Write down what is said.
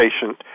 patient